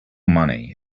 money